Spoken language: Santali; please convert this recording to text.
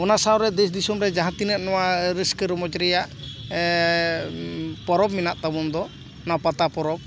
ᱚᱱᱟ ᱥᱟᱶᱨᱮ ᱫᱮᱥ ᱫᱤᱥᱚᱢ ᱨᱮ ᱡᱟᱦᱟᱸ ᱛᱤᱱᱟᱹᱜ ᱱᱚᱣᱟ ᱨᱟᱹᱥᱠᱟᱹ ᱨᱚᱢᱚᱡᱽ ᱨᱮᱭᱟᱜ ᱯᱚᱨᱚᱵᱽ ᱢᱮᱱᱟᱜ ᱛᱟᱵᱚᱱ ᱫᱚ ᱚᱱᱟ ᱯᱟᱛᱟ ᱯᱚᱨᱚᱵᱽ